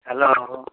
hello